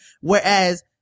whereas